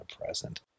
present